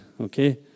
Okay